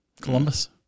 Columbus